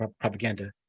propaganda